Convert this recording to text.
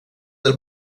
del